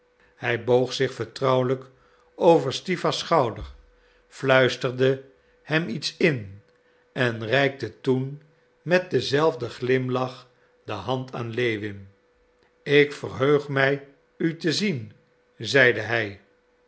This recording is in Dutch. hij boog zich vertrouwelijk over stiwa's schouder fluisterde hem iets in en reikte toen met denzelfden glimlach de hand aan lewin ik verheug mij u te zien zeide hij